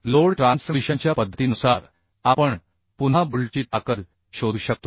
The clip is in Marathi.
लोड ट्रान्समिशनच्या पद्धतीनुसार आपण पुन्हा बोल्टची ताकद शोधू शकतो